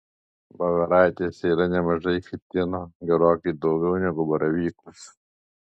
voveraitėse yra nemažai chitino gerokai daugiau negu baravykuose